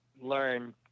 learn